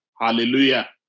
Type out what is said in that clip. Hallelujah